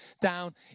down